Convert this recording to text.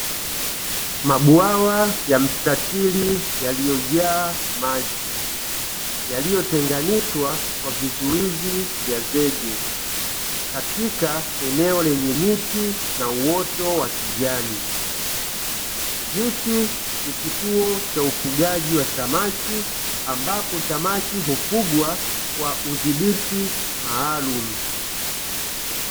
Mabwawa ya mstatili yaliyo jaa maji yaliyotenganishwa kwa vizuizi vya vege katika eneo lenye miti na uoto wa kijani. Hiki ni kituo cha ufugaji wa samaki ambapo samaki hufugwa kwa udhibiti maalumu.